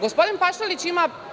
Gospodin Pašalić